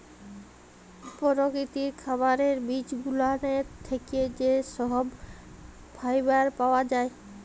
পরকিতির খাবারের বিজগুলানের থ্যাকে যা সহব ফাইবার পাওয়া জায়